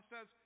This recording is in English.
says